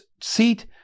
seat